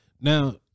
Now